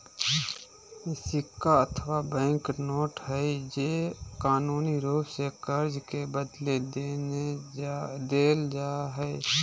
सिक्का अथवा bank note हइ जे कानूनी रूप से कर्ज के बदले देल जा हइ